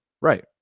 right